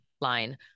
line